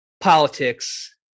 politics